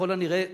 ככל הנראה,